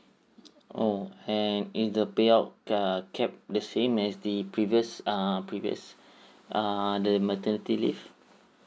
oh and and the payout err cap the same as the previous err previous err the maternity leave